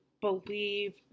believe